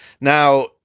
Now